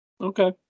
Okay